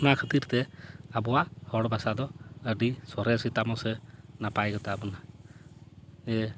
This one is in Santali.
ᱚᱱᱟ ᱠᱷᱟᱹᱛᱤᱨ ᱛᱮ ᱟᱵᱚᱣᱟᱜ ᱦᱚᱲ ᱵᱷᱟᱥᱟ ᱫᱚ ᱟᱹᱰᱤ ᱥᱚᱨᱮᱥ ᱜᱮᱛᱟ ᱵᱚᱱᱟ ᱥᱮ ᱱᱟᱯᱟᱭ ᱜᱮᱛᱟ ᱵᱚᱱᱟ ᱡᱮ